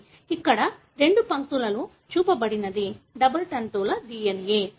ఇక్కడ రెండు పంక్తులలో చూపబడినది డబుల్ తంతువుల DNA